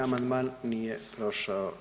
Amandman nije prošao.